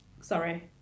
sorry